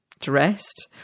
dressed